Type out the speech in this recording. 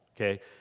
okay